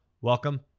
Welcome